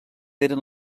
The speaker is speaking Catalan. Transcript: eren